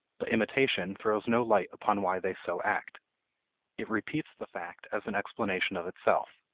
but imitation throws no light upon why they so act it repeats the fact as an explanation of itself.